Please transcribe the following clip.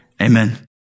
Amen